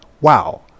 wow